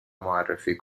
معرفی